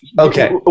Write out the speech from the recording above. okay